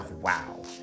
Wow